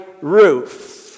roof